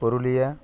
Purulia